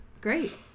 Great